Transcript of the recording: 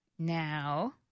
Now